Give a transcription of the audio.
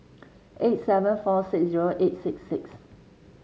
eight seven four six zero eight six six